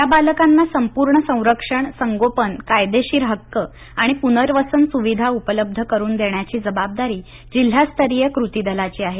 या बालकांना संपूर्ण संरक्षण संगोपन कायदेशीर हक्क आणि पुनर्वसन सुविधा उपलब्ध करून देण्याची जबाबदारी जिल्हास्तरीय कृती दलाची आहे